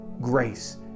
grace